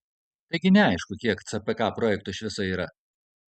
taigi neaišku kiek cpk projektų iš viso yra